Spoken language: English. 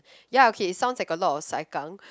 ya okay sounds like a lot of saikang